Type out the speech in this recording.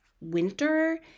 winter